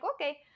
okay